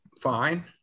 fine